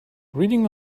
reading